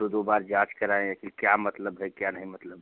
दो दो बार जाँच कराए हैं कि क्या मतलब है क्या नहीं मतलब है